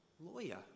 Lawyer